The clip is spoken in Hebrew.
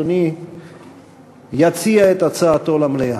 אדוני יציג את הצעתו למליאה.